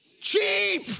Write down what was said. cheap